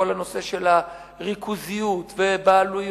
כל הנושא של הריכוזיות ובעלויות,